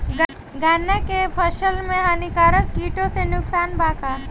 गन्ना के फसल मे हानिकारक किटो से नुकसान बा का?